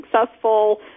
successful